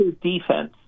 defense